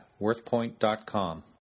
worthpoint.com